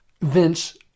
Vince